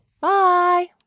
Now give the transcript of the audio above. Bye